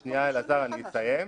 שנייה, אלעזר, אני אסיים.